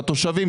התושבים.